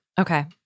Okay